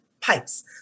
pipes